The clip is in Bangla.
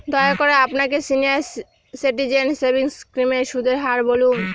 দয়া করে আমাকে সিনিয়র সিটিজেন সেভিংস স্কিমের সুদের হার বলুন